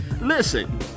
Listen